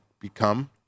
become